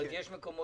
כלומר יש מקומות